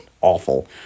awful